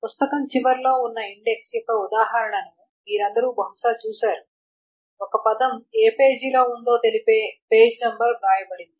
పుస్తకం చివరలో ఉన్న ఇండెక్స్ యొక్క ఉదాహరణను మీరందరూ బహుశా చూసారు ఒక పదం ఏ పేజీ లో ఉందో తెలిపే పేజ్ నెంబర్ వ్రాయబడింది